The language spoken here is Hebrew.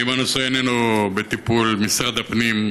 אם הנושא איננו בטיפול משרד הפנים,